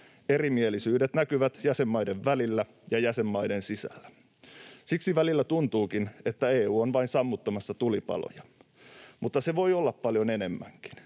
Erimielisyydet näkyvät jäsenmaiden välillä ja jäsenmaiden sisällä. Siksi välillä tuntuukin, että EU on vain sammuttamassa tulipaloja. Mutta se voi olla paljon enemmänkin: